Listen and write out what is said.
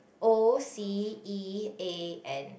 O C E A N